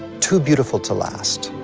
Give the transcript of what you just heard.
too beautiful to last.